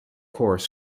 corps